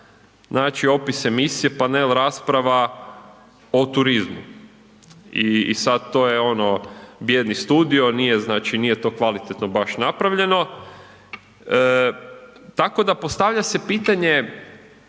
znači opis emisije panel rasprava o turizmu i sad to je ono bijedni studio, nije znači, nije to kvalitetno baš napravljeno, tako da postavlja se pitanje